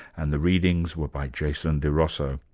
and the readings were by jason di rosso.